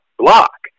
block